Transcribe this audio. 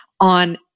on